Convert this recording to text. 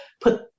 put